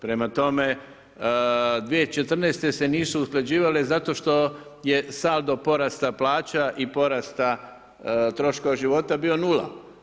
Prema tome, 2014. se nisu usklađivale zato što je saldo porasta plaća i porasta troškova života bio nula.